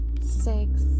Six